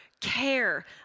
care